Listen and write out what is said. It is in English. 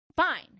fine